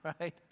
right